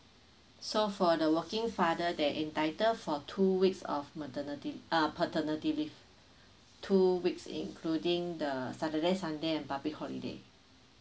so for the working father they entitle for two weeks of maternity ah paternity leave two weeks including the saturday sunday and public holiday